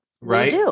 right